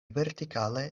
vertikale